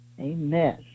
Amen